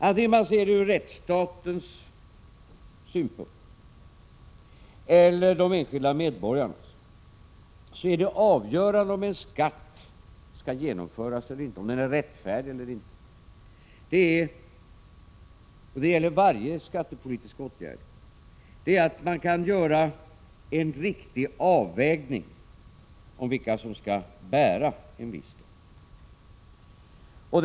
Antingen man ser det från rättsstatens eller från de enskilda medborgarnas synpunkt är det avgörande för om en skatt skall genomföras eller inte, om den är rättfärdig eller inte — och det gäller varje skattepolitisk åtgärd — att man kan göra en riktig avvägning av vilka som skall bära en viss skatt.